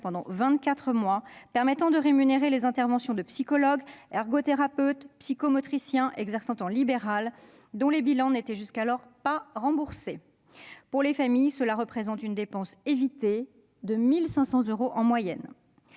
pendant 24 mois afin de rémunérer les interventions de psychologues, ergothérapeutes, psychomotriciens exerçant en libéral, dont les bilans n'étaient jusqu'alors pas remboursés. Cela représente pour les familles une dépense évitée de 1 500 euros en moyenne.